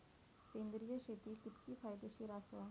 सेंद्रिय शेती कितकी फायदेशीर आसा?